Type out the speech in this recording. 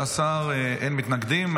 13, אין מתנגדים.